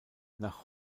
nach